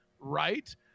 right